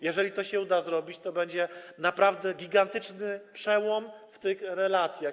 Jeżeli to się uda zrobić, to będzie naprawdę gigantyczny przełom w tych relacjach.